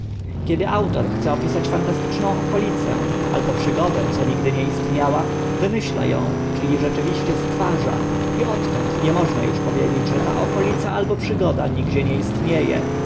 kiedy autor chce opisać fantastyczną okolicę albo przygodę co nigdy nie istniała wymyśla ą czyli rzeczywiście stwarza i odtąd nie można uż powiedzieć że ta okolica albo przygoda nigdzie nie istnie